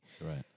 Right